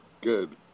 Good